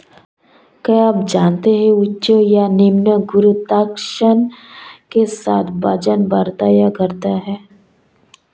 क्या आप जानते है उच्च या निम्न गुरुत्वाकर्षण के साथ वजन बढ़ता या घटता है?